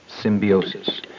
symbiosis